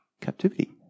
captivity